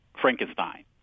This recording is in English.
Frankenstein